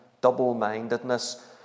double-mindedness